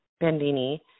Bandini